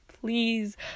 please